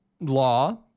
law